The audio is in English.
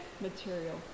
material